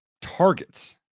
targets